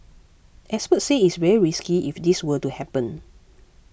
experts say it is very risky if this were to happen